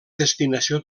destinació